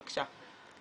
בבקשה.